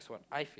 I